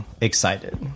excited